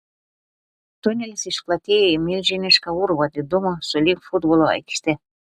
tunelis išplatėjo į milžinišką urvą didumo sulig futbolo aikšte